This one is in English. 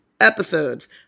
episodes